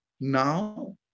now